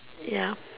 ya